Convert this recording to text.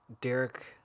Derek